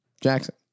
Jackson